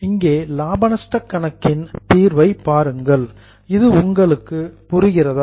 இங்கே லாப நஷ்டக் கணக்கின் தீர்வை பாருங்கள் இது உங்களுக்கு புரிகிறதா